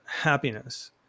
happiness